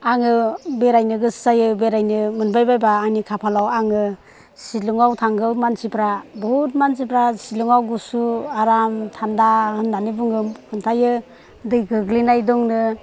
आङो बेरायनो गोसो जायो बेरायनो मोनबायबायबा आंनि खाफालाव आङो शिलङाव थांगौ मानसिफोरा बहुत मानसिफ्रा शिलङाव गुसु आराम थान्दा होननानै बुङो खिन्थायो दै गोग्लैनाय दंनो